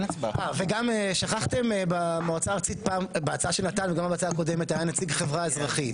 וגם שכחתם בהצעה של נתן וגם בהצעה הקודמת היה נציג חברה אזרחית,